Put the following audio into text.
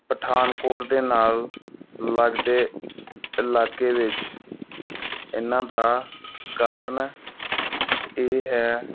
ਪਠਾਨਕੋਟ ਦੇ ਨਾਲ ਲੱਗਦੇ ਇਲਾਕੇ ਵਿੱਚ ਇਨ੍ਹਾਂ ਦਾ ਕਾਰਨ ਇਹ ਹੈ